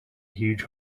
huge